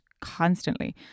constantly